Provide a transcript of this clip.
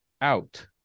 out